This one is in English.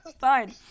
Fine